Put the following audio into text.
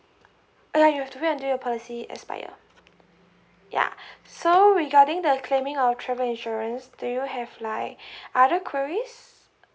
uh ya you have to wait until your policy expire yeah so regarding the claiming on travel insurance do you have like other queries